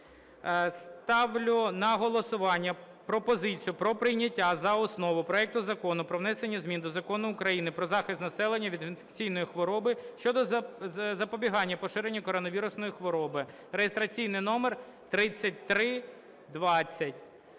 Ставлю на голосування пропозицію про прийняття за основу проекту Закону про внесення змін до Закону України "Про захист населення від інфекційних хвороб" щодо запобігання поширенню коронавірусної хвороби (реєстраційний номер 3320).